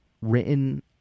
Written